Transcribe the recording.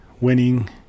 winning